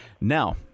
Now